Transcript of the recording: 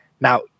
Now